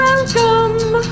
Welcome